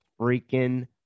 freaking